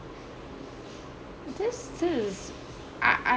this is I I